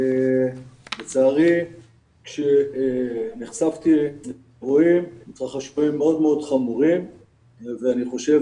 לצערי נחשפתי לאירועים מאוד מאוד חמורים ואני חושב